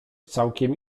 całkiem